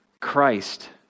Christ